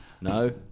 No